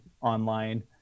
online